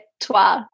toi